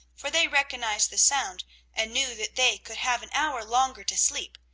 for they recognized the sound and knew that they could have an hour longer to sleep,